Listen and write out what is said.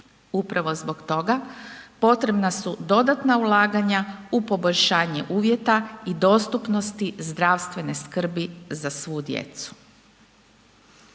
Upravo zbog toga potrebna su dodatna ulaganja u poboljšanje uvjeta i dostupnosti zdravstvene skrbi za svu djecu.